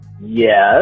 Yes